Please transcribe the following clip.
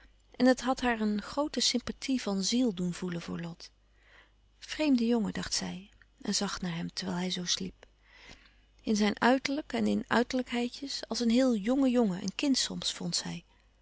en het had haar een groote sympathie van ziel doen voelen voor lot vreemde jongen dacht zij en zag naar hem terwijl hij zoo sliep in zijn uiterlijk en in uiterlijkheidjes als een heel jonge jongen een kind soms vond zij